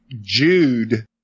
Jude